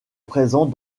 présent